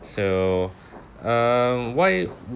so uh why